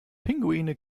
pinguine